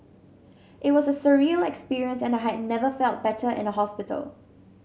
it was a surreal experience and I had never felt better in a hospital